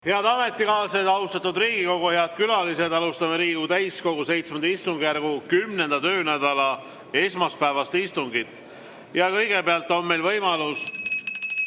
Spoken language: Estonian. Head ametikaaslased, austatud Riigikogu! Head külalised! Alustame Riigikogu täiskogu VII istungjärgu 10. töönädala esmaspäevast istungit. Kõigepealt on meil võimalus